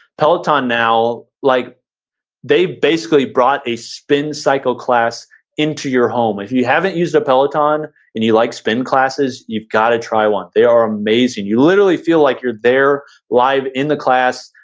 peloton now, like they basically brought a spin cycle class into your home. if you haven't used the peloton and you like spin classes, you've gotta try one. they are amazing. you literally feel like you're there live in the class,